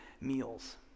Meals